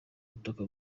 butaka